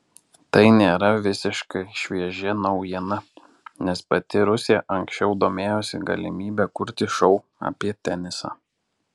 tai nėra visiškai šviežia naujiena nes pati rusė anksčiau domėjosi galimybe kurti šou apie tenisą